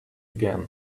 again